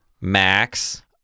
Max